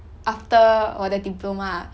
after 我的 diploma